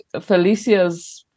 Felicia's